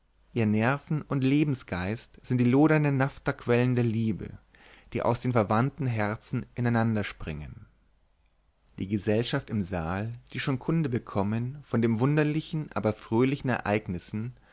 ihr nerven und lebensgeist sind die lodernden naphthaquellen der liebe die aus den verwandten herzen ineinanderspringen die gesellschaft im saal die schon kunde bekommen von den wunderlichen aber fröhlichen ereignissen